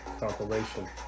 compilation